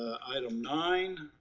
item nine,